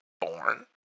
born